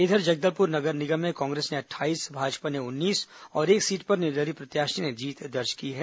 इधर जगदलपुर नगर निगम में कांग्रेस ने अट्ठाईस भाजपा उन्नीस और एक सीट पर निर्दलीय प्रत्याशी ने जीत दर्ज की है